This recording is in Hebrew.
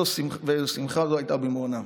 ושמחה זו הייתה במעונם.